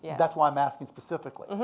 that's why i'm asking specifically.